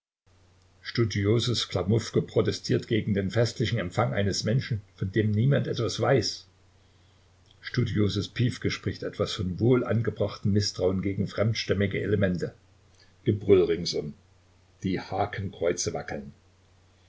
studiosus klamuffke protestiert gegen den festlichen empfang eines menschen von dem niemand etwas weiß studiosus piefcke spricht etwas von wohl angebrachtem mißtrauen gegen fremdstämmige elemente gebrüll ringsum die hakenkreuze wackeln